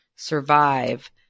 survive